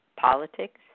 politics